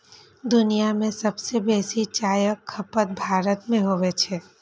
दुनिया मे सबसं बेसी चायक खपत भारत मे होइ छै